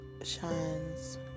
shines